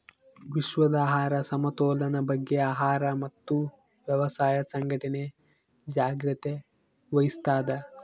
ವಿಶ್ವದ ಆಹಾರ ಸಮತೋಲನ ಬಗ್ಗೆ ಆಹಾರ ಮತ್ತು ವ್ಯವಸಾಯ ಸಂಘಟನೆ ಜಾಗ್ರತೆ ವಹಿಸ್ತಾದ